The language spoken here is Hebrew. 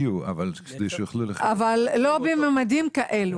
לא בממדים כאלו.